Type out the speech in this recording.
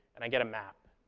and i get a map.